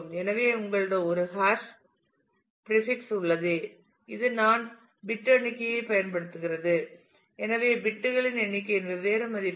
எனவே உங்களிடம் ஒரு ஹாஷ் பிரீபிக்ஸ் உள்ளது இது நான் பிட் எண்ணிக்கையைப் பயன்படுத்துகிறது எனவே பிட்களின் எண்ணிக்கையின் வெவ்வேறு மதிப்புகள்